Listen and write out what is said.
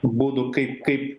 būdų kaip kaip